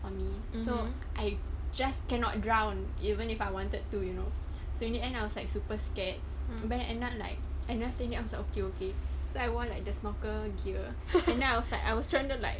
for me so I just cannot drown even if I wanted to you know so you need and I was like super scared but then not like I think like okay okay so I wore like the snorkel gear and then I was like I was trying to like